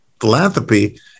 philanthropy